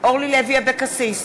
אורלי לוי אבקסיס,